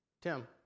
Tim